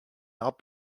not